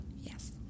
Yes